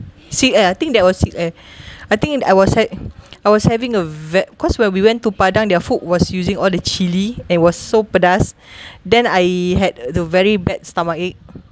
see uh I think that was eh I think I was ha~ I was having a ve~ cause when we went to padang their food was using all the chilli and was so pedas then I had the very bad stomachache